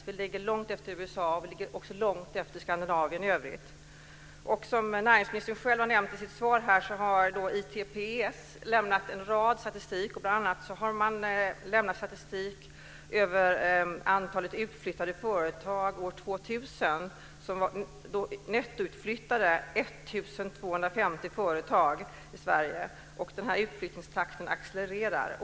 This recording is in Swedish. Vi ligger långt efter USA och Som näringsministern nämnde i svaret har ITPS lämnat en omfattande statistik, bl.a. över antalet utflyttade företag år 2000. Antalet nettoutflyttade uppgick till 1 250 företag, och denna utvecklingstakt accelererar.